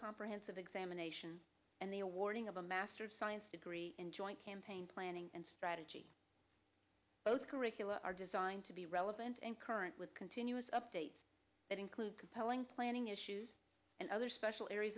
comprehensive examination and the awarding of a master of science degree in joint campaign planning and strategy both curricula are designed to be relevant and current with continuous updates that include compelling planning issues and other special areas